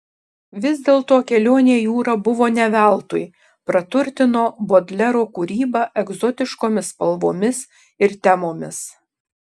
vis dėlto kelionė jūra buvo ne veltui praturtino bodlero kūrybą egzotiškomis spalvomis ir temomis